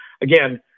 again